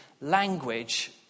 language